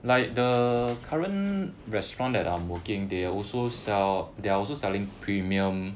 like the current restaurant that I'm working they also sell there are also selling premium